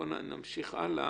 נמשיך הלאה.